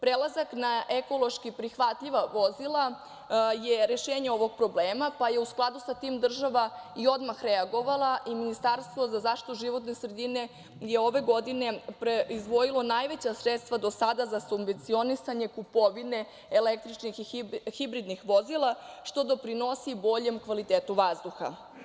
Prelazak na ekološki prihvatljiva vozila je rešenje ovog problema, pa je u skladu sa tim država i odmah reagovala i Ministarstvo za zaštitu životne sredine je ove godine izdvojilo najveća sredstva do sada za subvencionisanje kupovine električnih i hibridnih vozila, što doprinosi boljem kvalitetu vazduha.